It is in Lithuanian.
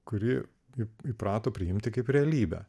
kurį taip įprato priimti kaip realybę